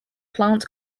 plant